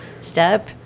step